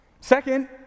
Second